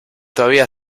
todavía